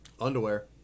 Underwear